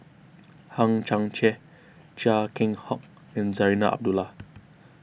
Hang Chang Chieh Chia Keng Hock and Zarinah Abdullah